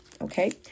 okay